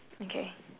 okay